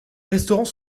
restaurant